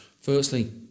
Firstly